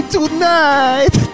Tonight